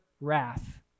wrath